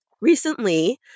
Recently